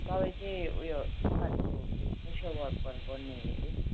तपाईँ चाहिँ उयो समाजको उयो सोसियल वर्कबाट गर्ने हरे